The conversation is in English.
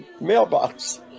mailbox